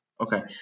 Okay